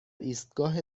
ایستگاه